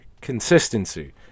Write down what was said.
consistency